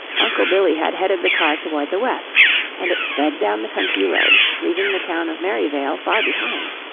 uncle billy had headed the car toward the west and it sped down the country road, leaving the town of merryvale far behind.